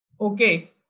Okay